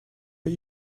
but